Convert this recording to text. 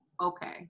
Okay